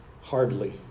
Hardly